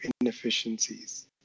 inefficiencies